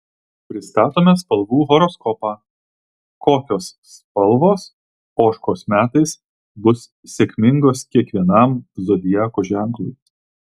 pristatome spalvų horoskopą kokios spalvos ožkos metais bus sėkmingos kiekvienam zodiako ženklui